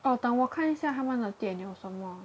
oh 等我看一下他们的店有什么